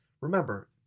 Remember